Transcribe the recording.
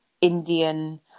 Indian